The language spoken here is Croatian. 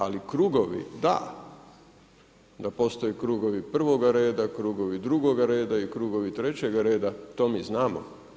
Ali krugovi da, da postoje krugovi prvoga reda, krugovi drugoga reda i krugovi trećega reda to mi znamo.